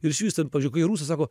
ir išvis ten pavyzdžiui kai rusai sako